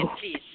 please